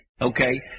Okay